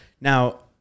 Now